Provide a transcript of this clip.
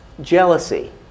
Jealousy